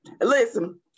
Listen